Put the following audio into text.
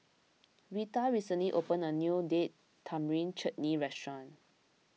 Reta recently opened a new Date Tamarind Chutney restaurant